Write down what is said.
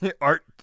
Art